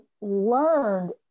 learned